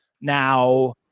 Now